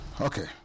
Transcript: Okay